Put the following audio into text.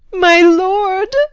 my lord,